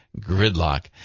gridlock